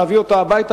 להביא אותה הביתה,